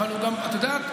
אבל את יודעת,